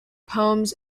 poems